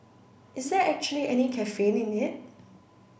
is there actually any caffeine in it